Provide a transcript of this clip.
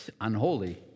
unholy